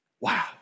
Wow